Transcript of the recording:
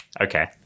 Okay